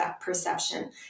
perception